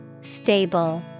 Stable